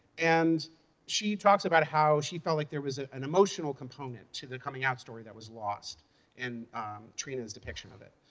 and she talks about how she felt like there was an emotional component to the coming out story that was lost in trina's depiction of it.